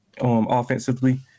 offensively